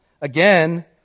Again